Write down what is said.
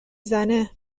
زنه